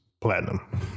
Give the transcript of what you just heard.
platinum